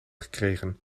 gekregen